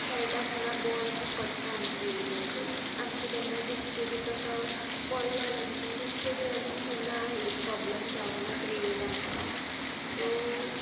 खेळटा आसतना बॉल बी पडटा न्ही टीवीचेर सो आमचो केन्ना डिसप्ले बी तसो पडलो जाल्यार पसून डिसप्ले बी आजून केन्ना प्रोबल्म जावुना क्रिएट आमकां सो